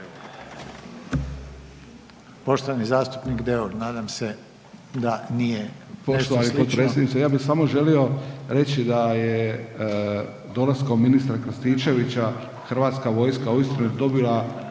Poštovani zastupnik Deur, nadam da nije nešto slično.